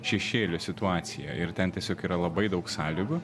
šešėlio situaciją ir ten tiesiog yra labai daug sąlygų